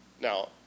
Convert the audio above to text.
Now